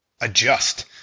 adjust